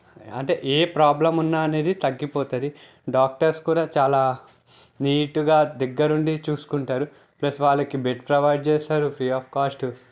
అంటే ఏ ప్రాబ్లం ఉన్నా అనేది తగ్గిపోతుంది డాక్టర్స్ కూడా చాలా నీటుగా దగ్గర ఉండి చూసుకుంటారు ప్లస్ వాళ్ళకి బెడ్ ప్రొవైడ్ చేస్తారు ఫ్రీ ఆఫ్ కాస్టు